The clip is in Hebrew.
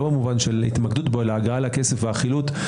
לא במובן של התמקדות בו אלא הגעה לכסף והחילוט.